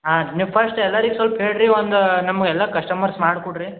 ಹಾಂ ನೀವು ಫಸ್ಟ್ ಎಲ್ಲರಿಗೆ ಸೊಲ್ಪ ಹೇಳ್ರಿ ಒಂದು ನಮ್ಮ ಎಲ್ಲ ಕಸ್ಟಮರ್ಸ್ ಮಾಡಿ ಕುಡ್ರಿ